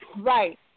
Right